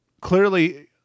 clearly